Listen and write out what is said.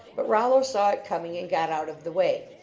but rollo saw it coming and got out of the way.